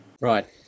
Right